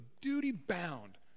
duty-bound